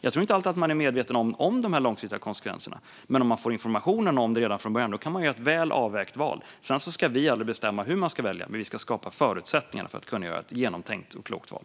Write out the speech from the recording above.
Jag tror inte att man alltid är medveten om dessa långsiktiga konsekvenser, men om man får information om det hela redan från början kan man göra ett väl avvägt val. Vi ska aldrig bestämma hur man ska välja, men vi ska skapa förutsättningar för att man ska kunna göra ett genomtänkt och klokt val.